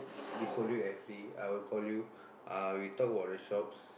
this whole week I free I will call you uh we talk about the shops